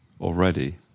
already